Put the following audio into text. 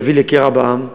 יביא לקרע בעם,